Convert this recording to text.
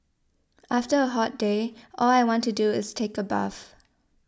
after a hot day all I want to do is take a bath